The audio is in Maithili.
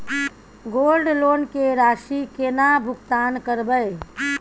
गोल्ड लोन के राशि केना भुगतान करबै?